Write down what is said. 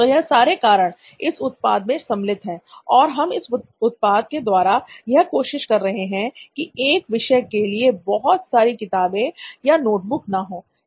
तो यह सारे कारण इस उत्पाद में सम्मिलित हैं और हम इस उत्पाद के द्वारा ये कोशिश कर रहे हैं की एक विषय के लिए बहुत सारी किताबें या नोटबुक ना हो